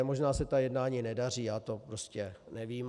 Možná se jednání nedaří, já to prostě nevím.